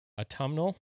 Autumnal